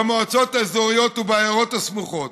במועצות האזוריות ובעיירות הסמוכות